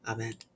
Amen